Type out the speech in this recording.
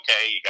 okay